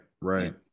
right